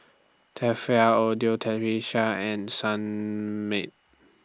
Tefal Audio Technica and Sunmaid